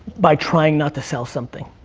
by trying not to sell something.